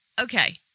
Okay